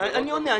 אני עונה.